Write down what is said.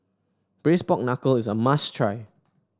Braised Pork Knuckle is a must try